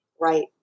Right